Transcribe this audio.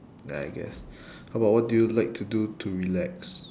ya I guess how about what do you like to do to relax